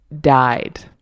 died